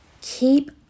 keep